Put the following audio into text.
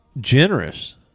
Generous